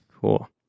Cool